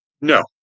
No